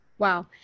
Wow